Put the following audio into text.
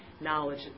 knowledge